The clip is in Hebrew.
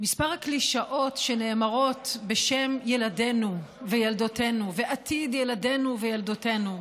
מספר הקלישאות שנאמרות בשם ילדינו וילדותינו ועתיד ילדינו וילדותינו,